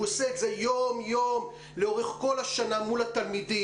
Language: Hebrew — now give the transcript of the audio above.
הוא עושה את זה יום יום לאורך כל השנה מול התלמידים,